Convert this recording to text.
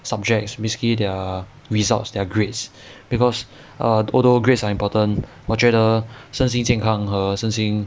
subjects basically their results their grades because err although grades are important 我觉得身心健康和身心